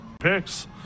picks